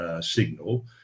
signal